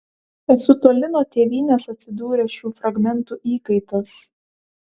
esu toli nuo tėvynės atsidūręs šių fragmentų įkaitas